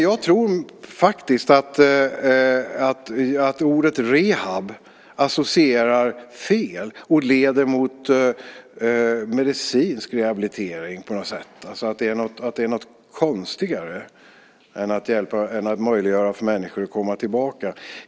Jag tror faktiskt att ordet "rehab" associerar fel och på något sätt leder mot medicinsk rehabilitering - att det är fråga om någonting konstigare än att möjliggöra för människor att komma tillbaka.